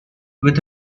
with